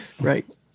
Right